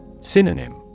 Synonym